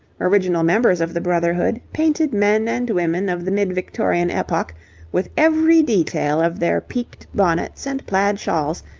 original members of the brotherhood, painted men and women of the mid-victorian epoch with every detail of their peaked bonnets and plaid shawls,